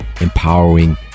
empowering